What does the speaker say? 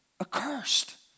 accursed